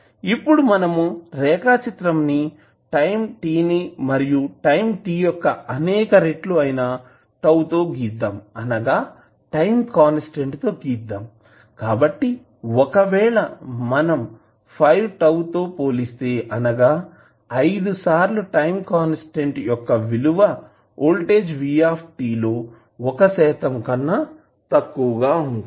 ఇప్పుడు మనము రేఖాచిత్రం ని టైం t ని మరియు టైం t యొక్క అనేక రెట్లు అయిన τ తో గీద్దాం అనగా టైం కాన్స్టాంట్ తో గీద్దాం కాబట్టి ఒకవేళ మనం 5τ తో పోలిస్తే అనగా 5 సార్లు టైంకాన్స్టాంట్ యొక్కవిలువ వోల్టేజ్ v లో 1 శాతం కన్నా తక్కువ వుంటుంది